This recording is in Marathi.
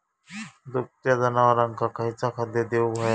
दुभत्या जनावरांका खयचा खाद्य देऊक व्हया?